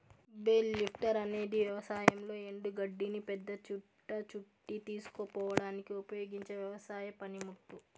bale lifter అనేది వ్యవసాయంలో ఎండు గడ్డిని పెద్ద చుట్ట చుట్టి తీసుకుపోవడానికి ఉపయోగించే వ్యవసాయ పనిముట్టు